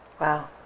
Wow